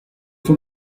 sont